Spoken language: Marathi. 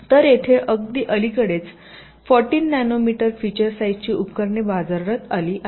तर येथे अगदी अलीकडेच 14 नॅनोमीटर फिचर साईजची उपकरणे बाजारात आली आहेत